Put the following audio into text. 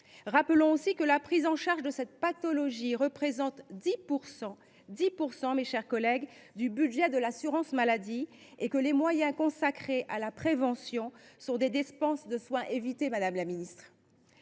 Rappelons aussi que la prise en charge de cette pathologie représente 10 % du budget de l’assurance maladie. Les moyens consacrés à la prévention sont autant de dépenses de soins évitées,